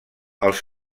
els